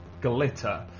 glitter